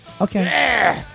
Okay